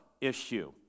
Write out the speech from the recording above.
issue